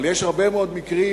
אבל יש הרבה מאוד מקרים